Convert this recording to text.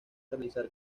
realizar